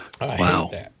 Wow